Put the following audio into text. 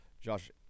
Josh